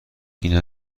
این